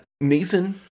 Nathan